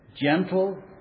gentle